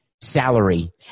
salary